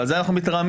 ועל זה אנחנו מתרעמים.